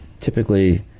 Typically